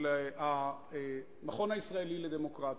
של המכון הישראלי לדמוקרטיה,